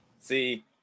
see